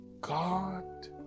God